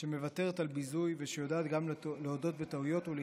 שמוותרת על ביזוי ושיודעת גם להודות בטעויות ולהתנצל.